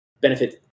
benefit